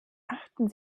achten